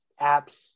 apps